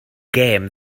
gêm